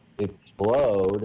Explode